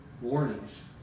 warnings